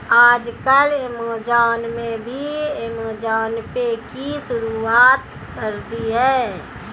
आजकल ऐमज़ान ने भी ऐमज़ान पे की शुरूआत कर दी है